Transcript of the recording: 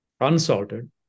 unsalted